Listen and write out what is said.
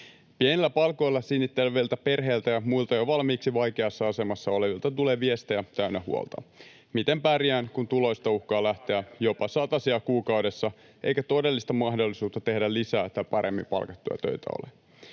Pienillä palkoilla sinnitteleviltä perheiltä ja muilta jo valmiiksi vaikeassa asemassa olevilta tulee viestejä täynnä huolta: "Miten pärjään, kun tuloista uhkaa lähteä jopa satasia kuukaudessa eikä todellista mahdollisuutta tehdä lisää tai paremmin palkattuja töitä ole?"